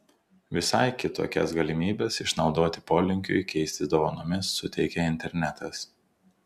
visai kitokias galimybes išnaudoti polinkiui keistis dovanomis suteikia internetas